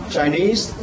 Chinese